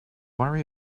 worry